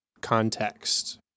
context